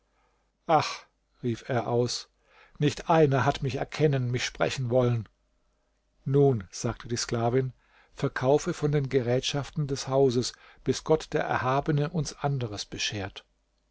rief er aus nicht einer hat mich erkennen mich sprechen wollen nun sagte die sklavin verkaufe von den gerätschaften des hauses bis gott der erhabene uns anderes beschert